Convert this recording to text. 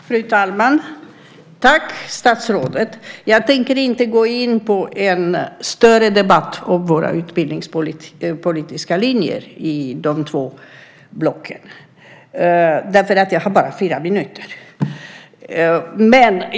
Fru talman! Tack, statsrådet! Jag tänker inte gå in på en större debatt om våra utbildningspolitiska linjer i de två blocken eftersom jag bara har fyra minuter.